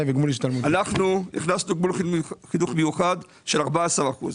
אנחנו הכנסנו גמול חינוך מיוחד של 14 אחוזים.